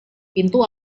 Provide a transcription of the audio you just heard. pintu